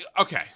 okay